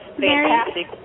fantastic